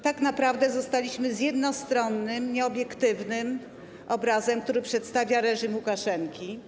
Tak naprawdę zostaliśmy z jednostronnym, nieobiektywnym obrazem, który przedstawia reżim Łukaszenki.